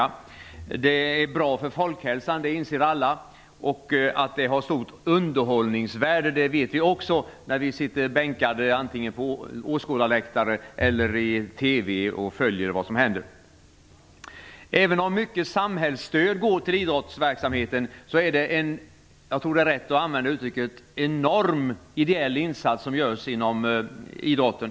Att idrotten är bra för folkhälsan inser alla, och att idrotten har ett stort underhållningsvärde vet vi också när vi sitter på åskådarläktaren eller framför TV:n och följer vad som händer. Även om mycket samhällsstöd går till idrottsverksamheten är det en enorm ideell insats - jag tror att det är rätt att använda det uttrycket - som görs inom idrotten.